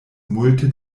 multe